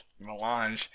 Melange